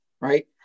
right